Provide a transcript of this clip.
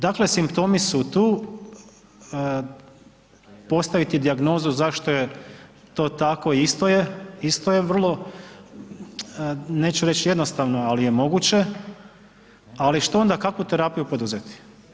Dakle, simptomi su tu, postaviti dijagnozu zašto je to tako isto je, isto je vrlo neću reći jednostavno ali je moguće, ali što onda kakvu terapiju poduzeti?